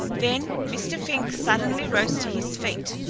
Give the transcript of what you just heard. then mr. fink suddenly rose to his feet.